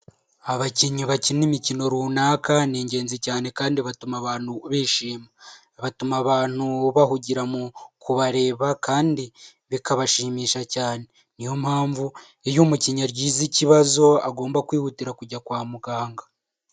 Abakinnyi bakina imikino runaka ni ingenzi cyane kandi batuma abantu bishima, batuma abantu bahugira mu kubareba kandi bikabashimisha cyane niyo mpamvu iyo umukinnyi agize ikibazo agomba kwihutira kujya kwa muganga.